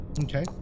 Okay